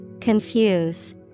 Confuse